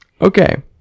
Okay